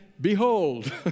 behold